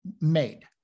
made